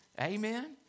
Amen